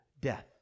death